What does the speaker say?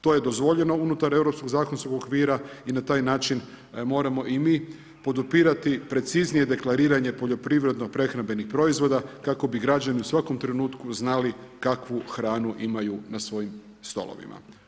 To je dozvoljeno unutar europskog zakonskog okvira i na taj način moramo i mi podupirati preciznije deklariranje poljoprivredno-prehrambenih proizvoda kako bi građani u svakom trenutku znali kakvu hranu imaju na svojim stolovima.